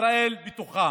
ישראל בתוכן.